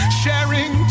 sharing